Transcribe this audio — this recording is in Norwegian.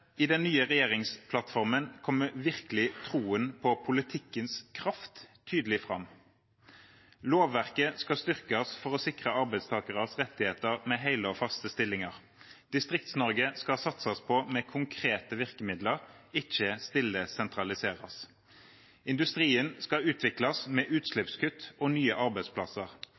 I den nye regjeringsplattformen kommer virkelig troen på politikkens kraft tydelig fram. Lovverket skal styrkes for å sikre arbeidstakeres rettigheter med hele og faste stillinger. Distrikts-Norge skal satses på med konkrete virkemidler, ikke stille sentraliseres. Industrien skal utvikles med utslippskutt og nye arbeidsplasser,